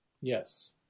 Yes